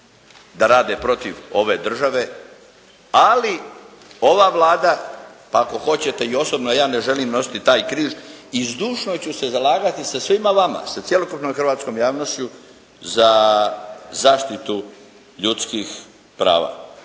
da rade protiv ove države, ali ova Vlada pa ako hoćete i osobno, ja ne želim nositi taj križ i zdušno ću se zalagati sa svima vama, sa cjelokupnom hrvatskom javnošću za zaštitu ljudskih prava.